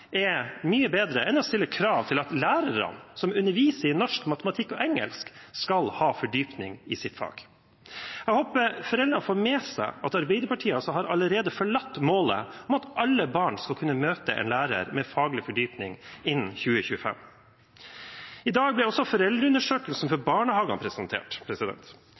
er mye bedre enn å stille krav til at lærerne som underviser i norsk, matematikk og engelsk, skal ha fordypning i sitt fag. Jeg håper foreldrene får med seg at Arbeiderpartiet allerede har forlatt målet om at alle barn innen 2025 skal kunne møte en lærer med faglig fordypning. I dag ble også foreldreundersøkelsen for barnehager presentert.